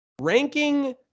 ranking